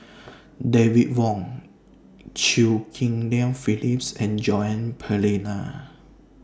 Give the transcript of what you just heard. David Wong Chew Ghim Lian Phyllis and Joan Pereira